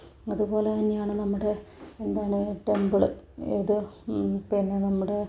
അതുപോലെ തന്നെയാണ് നമ്മുടെ എന്താണ് ടെമ്പിള് ഇത് പിന്നെ നമ്മുടെ